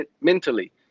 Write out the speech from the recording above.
mentally